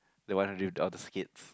the one that who drew the skits